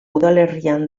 udalerrian